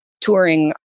touring